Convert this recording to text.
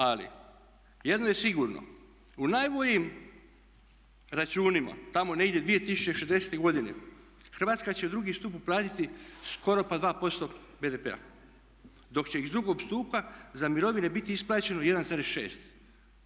Ali jedno je sigurno, u najboljim računima tamo negdje 2060. godine Hrvatska će u drugi stup uplatiti skoro pa 2% BDP-a, dok će iz drugog stupa za mirovine biti isplaćeno 1,6.